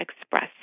express